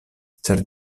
ĉar